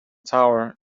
tower